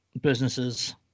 businesses